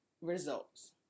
results